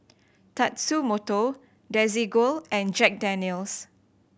Tatsumoto Desigual and Jack Daniel's